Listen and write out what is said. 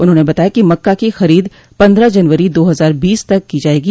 उन्होंने बताया कि मक्का की खरीद पन्द्रह जनवरी दो हजार बीस तक की जायेगी